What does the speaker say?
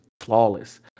flawless